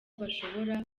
bashobora